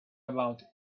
about